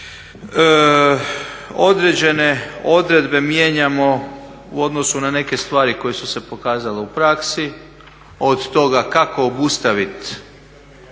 Određene odredbe mijenjamo u odnosu na neke stvari koje su se pokazale u praksi od toga kako obustaviti